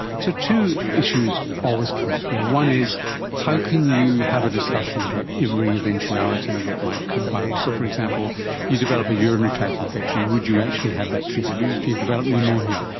so two issues always come up here, one is how can you have a discussion about every eventuality that might come about, so for example you develop a urinary tract infection, would you actually have that treated, or if you develop pneumonia,